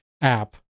app